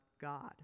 God